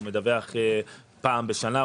הוא מדווח פעם בשנה,